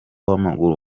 w’amaguru